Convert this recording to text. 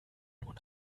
nun